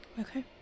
Okay